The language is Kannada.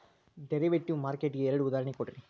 ಡೆರಿವೆಟಿವ್ ಮಾರ್ಕೆಟ್ ಗೆ ಎರಡ್ ಉದಾಹರ್ಣಿ ಕೊಡ್ರಿ